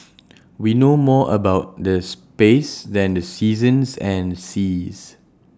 we know more about the space than the seasons and the seas